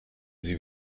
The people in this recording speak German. sie